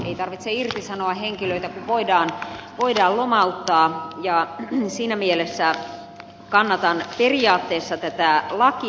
ei tarvitse irtisanoa henkilöitä kun voidaan lomauttaa ja siinä mielessä kannatan periaatteessa tätä lakia